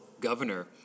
governor